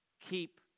Keep